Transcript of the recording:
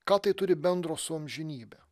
ką tai turi bendro su amžinybe